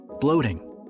bloating